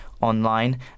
online